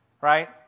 right